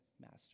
master